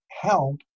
help